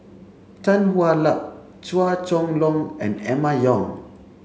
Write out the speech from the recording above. Tan Hwa Luck Chua Chong Long and Emma Yong